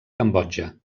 cambodja